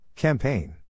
Campaign